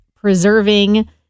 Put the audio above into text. preserving